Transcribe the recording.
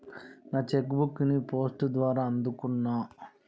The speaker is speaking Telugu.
నా చెక్ బుక్ ని పోస్ట్ ద్వారా అందుకున్నా